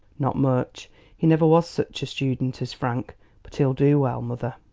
not much he never was such a student as frank but he'll do well, mother.